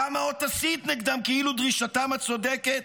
כמה עוד תסית נגדם כאילו דרישתם הצודקת